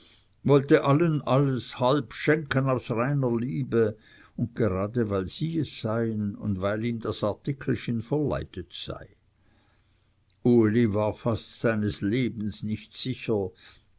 wollte allen alles halb schenken aus reiner liebe und gerade weil sie es seien und weil ihm das artikelchen verleidet sei uli war fast seines lebens nicht sicher